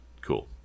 cool